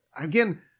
again